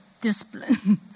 discipline